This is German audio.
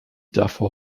davor